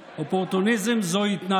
זה בידיים שלו,